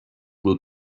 will